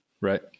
Right